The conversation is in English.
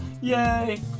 Yay